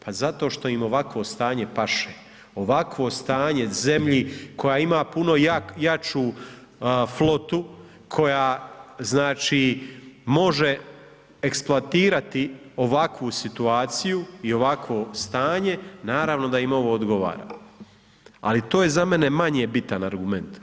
Pa zato što im ovakvo stanje paše, ovakvo stanje zemlji koja ima puno jaču flotu, koja, znači, može eksploatirati ovakvu situaciju i ovakvo stanje, naravno da im ovo odgovara, ali to je za mene manje bitan argument.